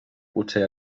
potser